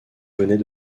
venaient